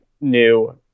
new